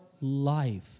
life